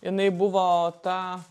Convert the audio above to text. jinai buvo ta